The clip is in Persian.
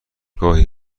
گاهی